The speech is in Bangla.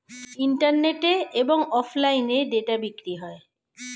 ইন্টারনেটে এবং অফলাইনে ডেটা বিক্রি হয়